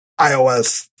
iOS